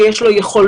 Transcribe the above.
שיש לו יכולות,